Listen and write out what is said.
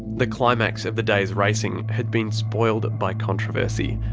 the climax of the day's racing had been spoiled by controversy.